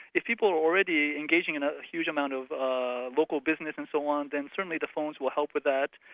if people are already engaging in a huge amount of ah local business and so on, then certainly the phones will help with that.